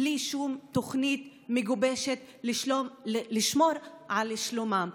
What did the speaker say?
בלי שום תוכנית מגובשת לשמור על שלומם.